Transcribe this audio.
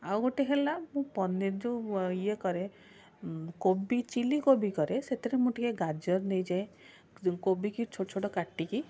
ଆଉ ଗୋଟେ ହେଲା ମୁଁ ପନିର୍ ଯେଉଁ ଇଏ କରେ କୋବି ଚିଲିକୋବି କରେ ସେଥିରେ ମୁଁ ଟିକିଏ ଗାଜର ନେଇଯାଏ କୋବିକି ଛୋଟ ଛୋଟ କାଟିକି